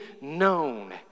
known